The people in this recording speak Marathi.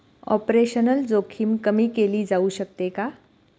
ऑपरेशनल जोखीम कमी केली जाऊ शकते का?